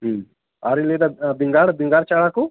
ᱦᱮᱸ ᱟᱨ ᱤᱧ ᱞᱟᱹᱭᱫᱟ ᱵᱮᱜᱟᱲ ᱵᱮᱜᱟᱲ ᱪᱟᱨᱟ ᱠᱚ